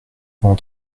avant